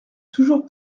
toujours